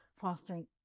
fostering